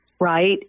right